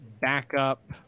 backup